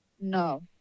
No